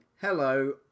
hello